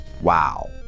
Wow